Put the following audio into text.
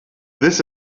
this